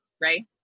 Right